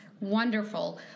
wonderful